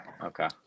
okay